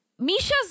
Misha's